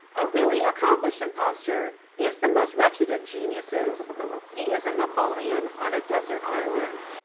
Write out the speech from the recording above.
a really accomplished impostor is the most wretched of geniuses he is a napoleon on a desert island.